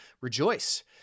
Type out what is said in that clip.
rejoice